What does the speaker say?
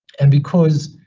and because,